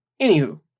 Anywho